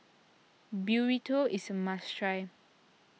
Burrito is a must try